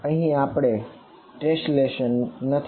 અહીં આપણી પાસે ટેશલેશન નથી